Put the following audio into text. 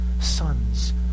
sons